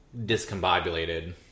discombobulated